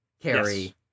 carry